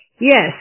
Yes